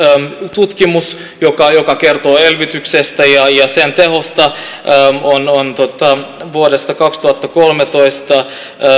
tutkimus joka joka kertoo elvytyksestä ja sen tehosta on on vuodelta kaksituhattakolmetoista